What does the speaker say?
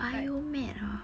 like